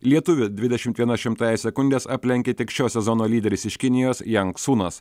lietuvį dvidešim viena šimtąja sekundės aplenkė tik šio sezono lyderis iš kinijos jang sunas